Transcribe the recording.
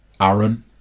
Aaron